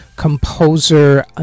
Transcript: Composer